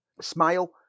Smile